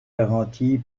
garanties